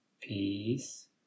Peace